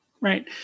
Right